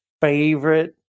favorite